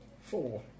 Four